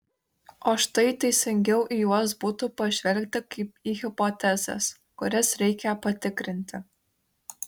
o štai teisingiau į juos būtų pažvelgti kaip į hipotezes kurias reikia patikrinti